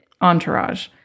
entourage